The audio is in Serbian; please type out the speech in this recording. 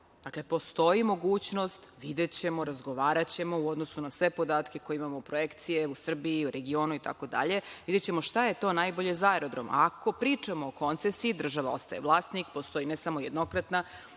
A kada postoji mogućnost, videćemo, razgovaraćemo, u odnosu na sve podatke koje imamo, projekcije u Srbiji, u regionu itd. Videćemo šta je to najbolje za aerodrom. Ako pričamo o koncesiji, država ostaje vlasnik, postoji ne samo jednokratna